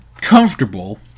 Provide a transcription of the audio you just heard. comfortable